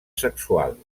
sexual